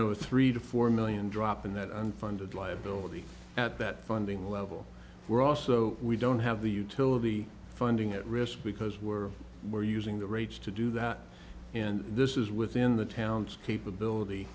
know a three to four million drop in that unfunded liability at that funding level we're also we don't have the utility funding at risk because we're we're using the rates to do that and this is within the town's capability